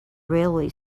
railway